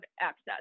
access